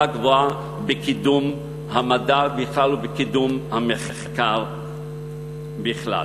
גבוהה בקידום המדע בכלל ובקידום המחקר בפרט.